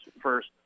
first